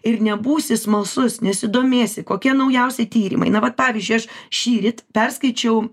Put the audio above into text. ir nebūsi smalsus nesidomėsi kokie naujausi tyrimai na vat pavyzdžiui aš šįryt perskaičiau